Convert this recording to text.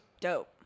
dope